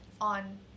on